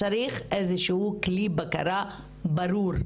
צריך איזה שהוא כלי בקרה ברור,